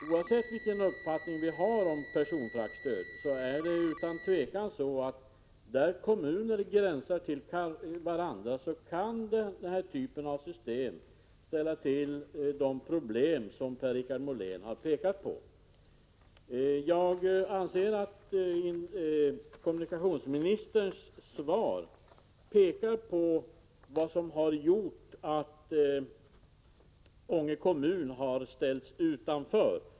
Oavsett vilken uppfattning vi har om personfraktstödet, är det utan tvivel så att där kommuner gränsar till varandra kan sådana stödsystem ställa till de problem som Per-Richard Molén har pekat på. Jag anser att kommunikationsministerns svar pekar på vad som har gjort att Ånge kommun har ställts utanför.